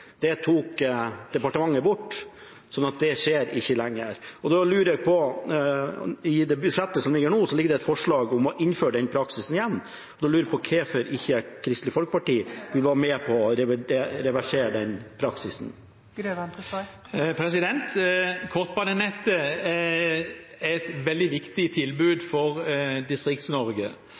Det tok departementet bort, så det skjer ikke lenger. I budsjettet som foreligger, ligger det et forslag om å innføre den praksisen igjen, og da lurer jeg på hvorfor Kristelig Folkeparti ikke vil gå med på å reversere den praksisen? Kortbanenettet er et veldig viktig tilbud for